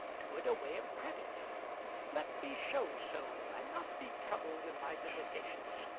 do it a way of credit let me show so, and not be troubled in my visitations,